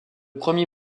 premier